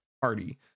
party